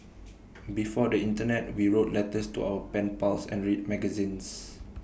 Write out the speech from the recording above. before the Internet we wrote letters to our pen pals and read magazines